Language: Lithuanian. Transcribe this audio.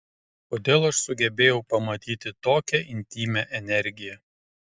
kodėl aš sugebėjau pamatyti tokią intymią energiją